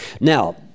Now